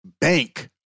bank